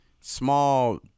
small